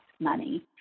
money